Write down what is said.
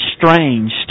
strange